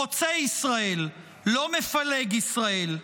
חוצה ישראל, לא מפלג ישראל.